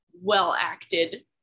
well-acted